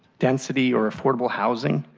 density or affordable housing,